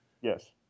Yes